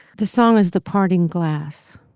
the song is the parting glass